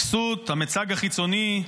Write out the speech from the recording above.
הכסות, המצג החיצוני,